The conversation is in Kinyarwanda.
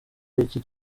iki